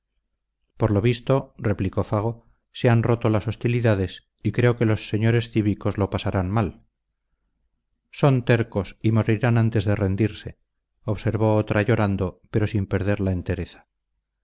por lo visto replicó fago se han roto las hostilidades y creo que los señores cívicos lo pasarán mal son tercos y morirán antes de rendirse observó otra llorando pero sin perder la